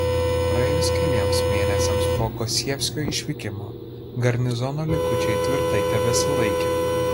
praėjus keliems mėnesiams po gosievskio išvykimo garnizono likučiai tvirtai tebesilaikė